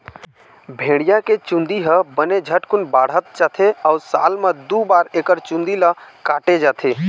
भेड़िया के चूंदी ह बने झटकुन बाढ़त जाथे अउ साल म दू बार एकर चूंदी ल काटे जाथे